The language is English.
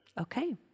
Okay